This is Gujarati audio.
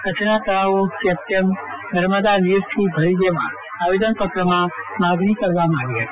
કચ્છના તળાવો ચેક ડેમો નર્મદા નીરથી ભરી દેવા આવેદનપત્રમાં માંગણી કરવામાં આવી હતી